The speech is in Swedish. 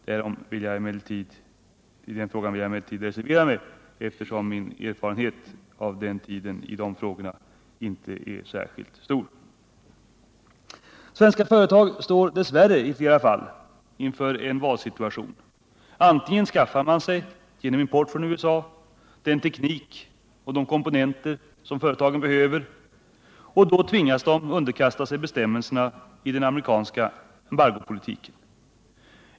På den punkten vill jag emellertid reservera mig, eftersom min erfarenhet av de frågorna under den tiden inte är särskilt stor. Svenska företag står dess värre i flera fall inför en valsituation. Antingen skaffar sig företagen genom import från USA den teknik och de komponenter som de behöver, och då tvingas de underkasta sig bestämmelserna i den amerikanska embargopolitiken.